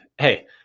hey